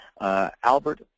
Albert